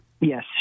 Yes